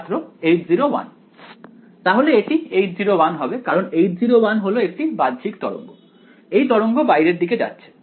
ছাত্র H0 তাহলে এটি H0 হবে কারণ H0 হলো একটি বাহ্যিক তরঙ্গ এই তরঙ্গ বাইরের দিকে যাচ্ছে